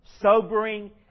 sobering